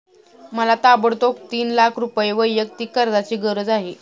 मला ताबडतोब तीन लाख रुपये वैयक्तिक कर्जाची गरज आहे